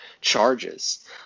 charges